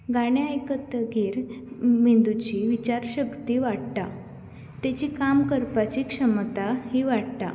गाणें आयकतगीर मेदूंची विचार शक्ती वाडटा तेची काम करपाची ही क्षमता वाडटा